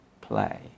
play